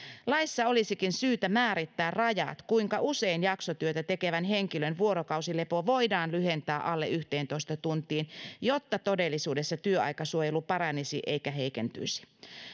laissa olisikin syytä määrittää rajat kuinka usein jaksotyötä tekevän henkilön vuorokausilepo voidaan lyhentää alle yhteentoista tuntiin jotta todellisuudessa työaikasuojelu paranisi eikä heikentyisi